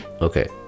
Okay